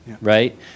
right